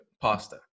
pasta